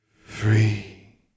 Free